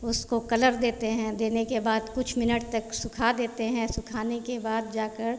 उसको कलर देते हैं देने के बाद कुछ मिनट तक सुखा देते हैं सुखाने के बाद जाकर